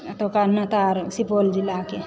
एतुका नेता आर सुपौल जिलाके